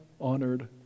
honored